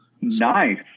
nice